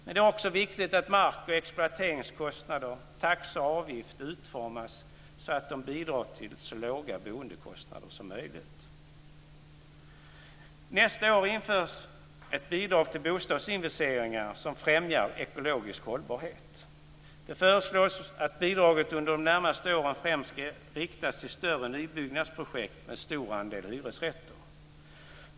Men det är också viktigt att mark och exploateringskostnader, taxor och avgifter utformas så att de bidrar till så låga boendekostnader som möjligt. Nästa år införs ett bidrag till bostadsinvesteringar som främjar ekologisk hållbarhet. Det föreslås att bidraget under de närmaste åren främst ska riktas till större nybyggnadsprojekt med stor andel hyresrätter.